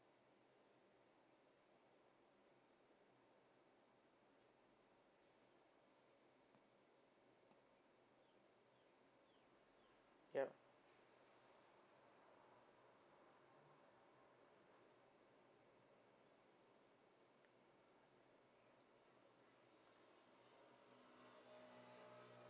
yup